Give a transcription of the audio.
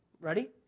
Ready